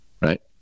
right